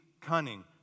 cunning